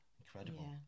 Incredible